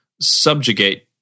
subjugate